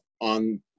on